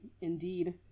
indeed